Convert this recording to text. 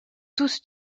tous